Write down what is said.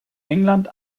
england